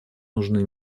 нужны